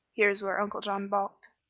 here is where uncle john balked.